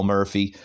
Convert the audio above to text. Murphy